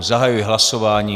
Zahajuji hlasování.